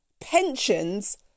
pensions